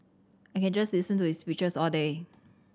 I can just listen to his speeches all day